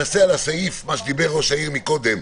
תשקיע על הסעיף שדיבר ראש העיר קודם,